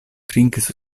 trinkis